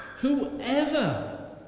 whoever